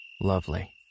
lovely